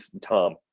Tom